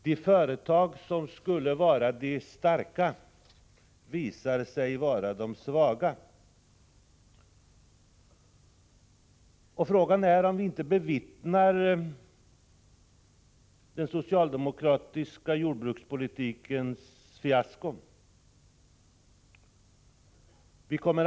De företag som skulle bli starka visar sig vara de svaga. Frågan är om vi inte bevittnar den socialdemokratiska jordbrukspolitikens fiasko.